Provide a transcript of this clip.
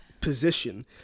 position